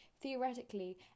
Theoretically